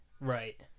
right